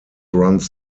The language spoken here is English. runs